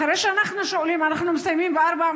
אחרי שאנחנו שואלים: אנחנו מסיימים ב-16:00?